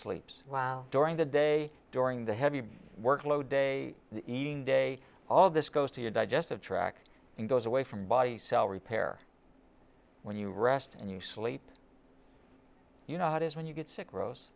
sleeps during the day during the heavy workload day eating day all this goes to your digestive track and goes away from body cell repair when you rest and you sleep you know how it is when you get sick ro